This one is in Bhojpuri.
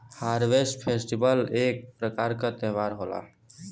हार्वेस्ट फेस्टिवल एक प्रकार क त्यौहार होला